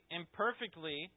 imperfectly